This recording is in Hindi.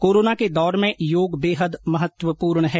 कोरोना के दौर में योग बेहद महत्वपूर्ण है